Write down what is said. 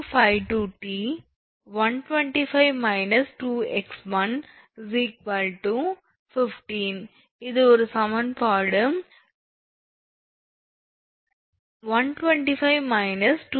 8 × 1252𝑇 125−2𝑥1 15 இது ஒரு சமன்பாடு 125−2𝑥1 𝑇 0